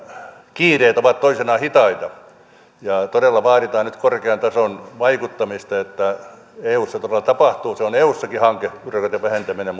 kiireet ovat toisinaan hitaita ja todella vaaditaan nyt korkean tason vaikuttamista että eussa todella tapahtuu se on eussakin hanke byrokratian vähentäminen